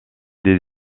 des